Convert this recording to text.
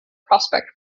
prospect